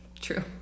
true